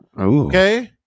Okay